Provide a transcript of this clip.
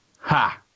Ha